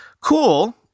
cool